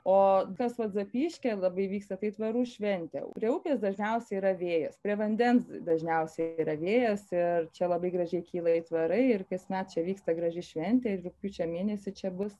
o kas vat zapyškyje labai vyksta tai aitvarų šventė prie upės dažniausiai yra vėjas prie vandens dažniausiai yra vėjas ir čia labai gražiai kyla aitvarai ir kasmet čia vyksta graži šventė ir rugpjūčio mėnesį čia bus